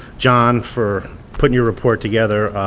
john, for putting your report together,